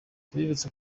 tubibutse